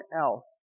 else